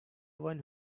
one